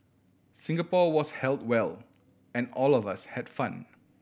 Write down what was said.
Singapore was held well and all of us had fun